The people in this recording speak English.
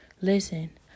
listen